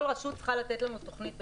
כל רשות צריכה לתת לנו תוכנית בטיחות.